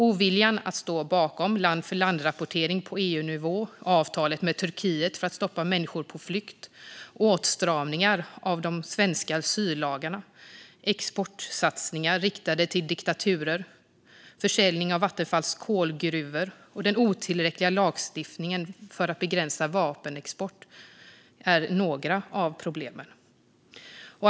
Oviljan att stå bakom land-för-land-rapportering på EU-nivå, avtalet med Turkiet för att stoppa människor på flykt, åtstramningarna av de svenska asyllagarna, exportsatsningar riktade till diktaturer, försäljningen av Vattenfalls kolgruvor och den otillräckliga lagstiftningen för att begränsa vapenexport är några av problemen.